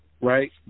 Right